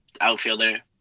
outfielder